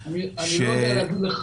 אני לא יודע להגיד לך.